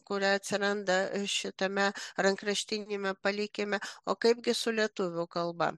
kuri atsiranda šitame rankraštiniame palikime o kaipgi su lietuvių kalba